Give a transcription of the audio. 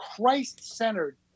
Christ-centered